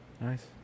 Nice